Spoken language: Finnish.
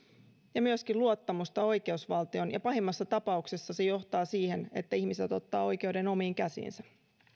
ja myöskin luottamusta oikeusvaltioon ja pahimmassa tapauksessa se johtaa siihen että ihmiset ottavat oikeuden omiin käsiinsä